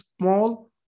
small